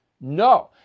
no